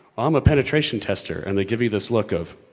i'm a penetration tester. and they give you this look of.